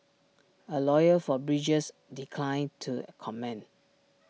A lawyer for bridges declined to comment